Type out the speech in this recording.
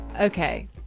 okay